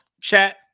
Chat